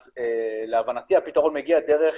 אז להבנתי הפתרון מגיע דרך,